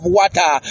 water